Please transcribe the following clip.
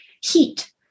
heat